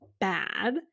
bad